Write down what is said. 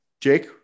Jake